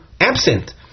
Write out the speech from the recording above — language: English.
absent